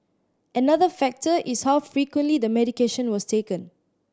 another factor is how frequently the medication was taken